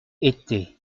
été